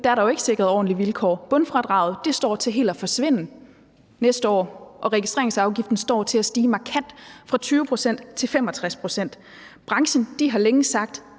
nu er der jo ikke sikret ordentlige vilkår. Bundfradraget står til helt at forsvinde næste år, og registreringsafgiften står til at stige markant fra 20 pct. til 65 pct. Branchen har længe sagt,